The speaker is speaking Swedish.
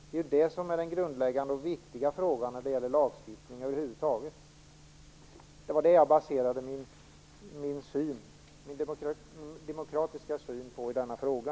Det är den grundläggande och viktiga frågan i lagstiftningen över huvud taget, och det var det som jag baserade min demokratiska syn på i denna fråga.